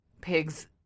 pigs